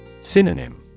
Synonym